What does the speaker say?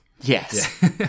Yes